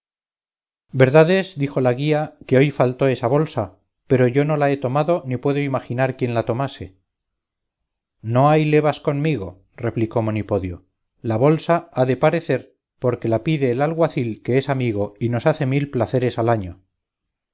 es dijo la guía que hoy faltó esa bolsa pero yo no la he tomado ni puedo imaginar quién la tomase no hay levas conmigo replicó monipodio la bolsa ha de parecer porque la pide el alguacil que es amigo y nos hace mil placeres al año